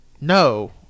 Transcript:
no